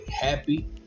happy